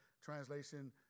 translation